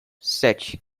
sete